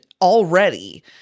already